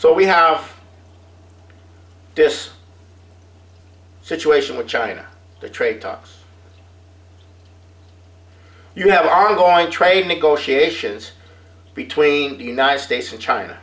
so we have this situation with china the trade talks you have ongoing trade negotiations between the united states and china